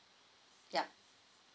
yup